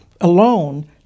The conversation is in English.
Alone